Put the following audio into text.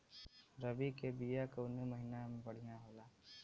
रबी के बिया कवना महीना मे बढ़ियां होला?